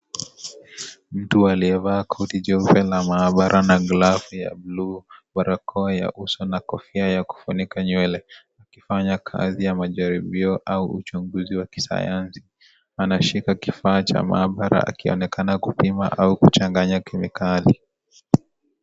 Mtu aliyevaa koti jeupe la mahabara ana glavu ya bulu, barakoa ya uso na kofia ya kufunika nywele akifanya kazi ya majaribio au uchunguzi wa kisayansi anashika kifaa cha mahabara akionekana kupima au kuchanganya kemikali.